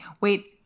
wait